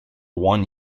one